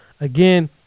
Again